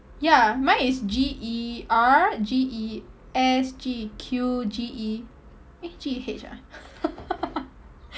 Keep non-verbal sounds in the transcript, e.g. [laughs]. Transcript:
ya mine is G_E_R G_E_S G_E_Q G_E eh G_E_H ah [laughs]